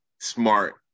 smart